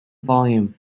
volume